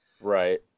Right